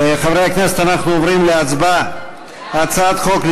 חברת הכנסת לנדבר מקבלת את התנאים כפי שהציג אותם סגן שר האוצר,